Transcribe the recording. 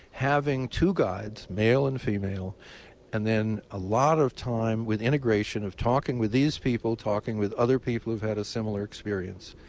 having two guides male and female and then a lot of time with integration with talking with these people, talking with other people who've had a similar experience.